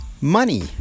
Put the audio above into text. Money